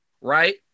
Right